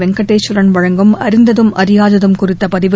வெங்கடேஸ்வரன் வழங்கும் அறிந்ததும் அறியாததும் குறித்த பதிவு